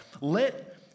Let